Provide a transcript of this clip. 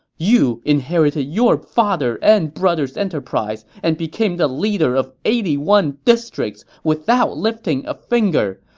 you inherited your father and brother's enterprise and became the leader of eighty one districts without lifting a finger.